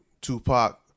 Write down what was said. Tupac